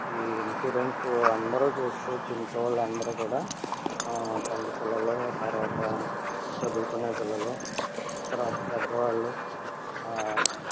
ఈ ఇన్సూరెన్స్ అందరూ చేసుకోవచ్చు ఇంట్లో వాళ్ళందరూ కూడా చంటి పిల్లలు తరువాత చదువుకునే పిల్లలు తరువాత పెద్దవాళ్ళు